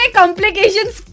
complications